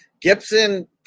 Gibson